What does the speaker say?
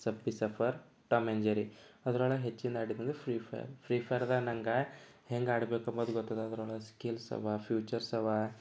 ಸಬ್ಬೆ ಸಫರ್ Tom and Jerry ಅದರೊಳಗೆ ಹೆಚ್ಚಿನ ಆಡಿದ್ದೆಂದ್ರೆ ಫ್ರೀ ಫೈರ್ ಫ್ರೀ ಫೈರ್ದಾಗೆ ನನಗೆ ಹೇಗೆ ಆಡಬೇಕು ಮೊದಲು ಅಂತಂದ್ರೆ ಅಸರೊಳಗೆ ಸ್ಕಿಲ್ಸ್ ಅವ ಫ್ಯೂಚರ್ಸ್ ಅವ